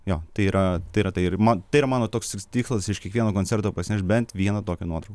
jo tai yra tai yra tai ir man tai yra mano toks tiklas iš kiekvieno koncerto pasineš bent vieną tokią nuotrauką